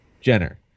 Jenner